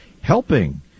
helping